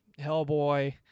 Hellboy